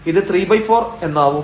ഇത് 34 എന്നാവും